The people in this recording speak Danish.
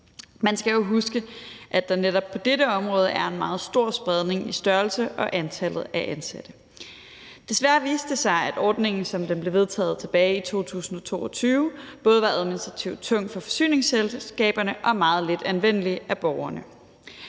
Man skal jo huske, at der netop på dette område er en meget stor spredning i størrelse og antal af ansatte. Desværre viste det sig, at ordningen, som den blev vedtaget tilbage i 2022, både var administrativt tung for forsyningsselskaberne og meget lidt anvendelig for borgerne.